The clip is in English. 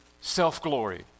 self-glory